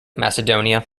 macedonia